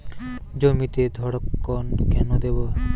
জমিতে ধড়কন কেন দেবো?